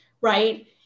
right